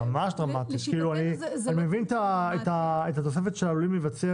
אני מבין את התוספת של "עלולים להיווצר